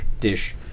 dish